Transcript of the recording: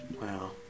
Wow